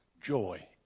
joy